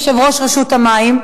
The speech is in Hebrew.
יושב-ראש רשות המים,